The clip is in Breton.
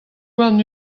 warn